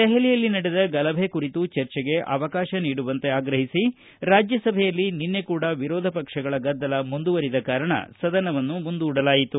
ದೆಹಲಿಯಲ್ಲಿ ನಡೆದ ಗಲಭೆ ಕುರಿತು ಚರ್ಚೆಗೆ ಅವಕಾಶ ನೀಡುವಂತೆ ಆಗ್ರಹಿಸಿ ರಾಜ್ಯ ಸಭೆಯಲ್ಲಿ ನಿನ್ನೆ ಕೂಡಾ ವಿರೋಧ ಪಕ್ಷಗಳ ಗದ್ದಲ ಮುಂದುವರಿದ ಕಾರಣ ಸದನವನ್ನು ಮುಂದೂಡಲಾಯಿತು